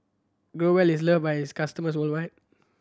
Growell is loved by its customers worldwide